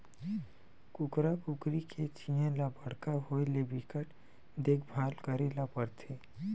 कुकरा कुकरी के चीया ल बड़का होवत ले बिकट देखभाल करे ल परथे